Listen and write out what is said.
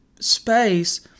space